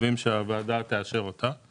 ומקווים שהוועדה תאשר אותה.